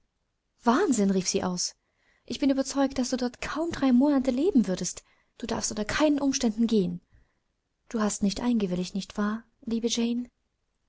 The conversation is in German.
wahnsinn rief sie aus ich bin überzeugt daß du dort kaum drei monate leben würdest du darfst unter keinen umständen gehen du hast nicht eingewilligt nicht wahr liebe jane